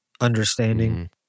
understanding